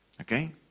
Okay